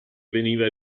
veniva